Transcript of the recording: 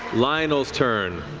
lionel's turn.